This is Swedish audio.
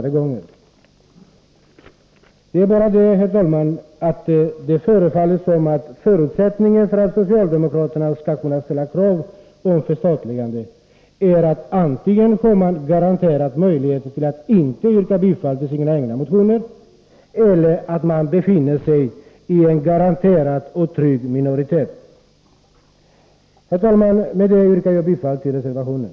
Det förefaller dock som om förutsättningen för att socialdemokraterna skall kunna ställa krav på ett förstatligande är att de antingen har garanterade möjligheter att inte yrka bifall till sina egna motioner eller att de befinner sig i en garanterad och trygg minoritet. Med det, herr talman, yrkar jag bifall till reservationen.